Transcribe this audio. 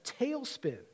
tailspin